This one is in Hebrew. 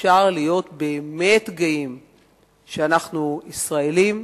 אפשר להיות באמת גאים שאנחנו ישראלים,